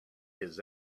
his